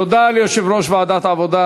תודה ליושב-ראש ועדת העבודה,